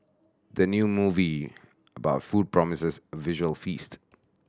the new movie about food promises a visual feast